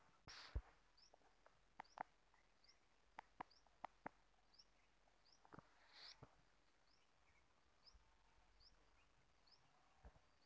म्या वेगळ्या बँकेतून एखाद्याला पैसे ट्रान्सफर करू शकतो का?